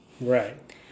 Right